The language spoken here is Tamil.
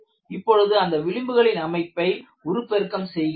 இப்பொழுது அந்த விளிம்புகளின் அமைப்பை உருப்பெருக்கம் செய்கிறேன்